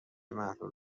محلول